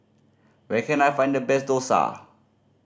where can I find the best dosa